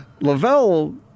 Lavelle